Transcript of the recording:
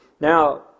Now